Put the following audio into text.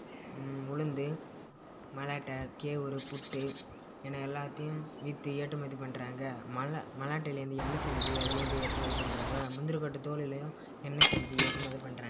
உளுந்து மல்லாட்ட கேவரு புட்டு என எல்லாத்தையும் விற்று ஏற்றுமதி பண்ணுறாங்க மல்லாட் மல்லாட்டையிலேருந்து எண்ணெய் செஞ்சு அதிலிருந்தும் ஏற்றுமதி பண்ணுறாங்க முந்திரிக்கொட்டை தோலுலையும் எண்ணெய் செஞ்சு ஏற்றுமதி பண்ணுறாங்க